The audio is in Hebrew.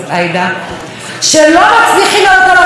שלא מצליחים לעלות על הרכבת, ולמה?